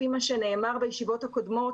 כפי שנאמר בישיבות הקודמות,